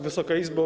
Wysoka Izbo!